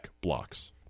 blocks